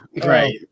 right